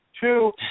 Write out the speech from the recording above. two